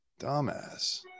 Dumbass